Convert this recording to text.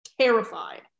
terrified